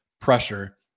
pressure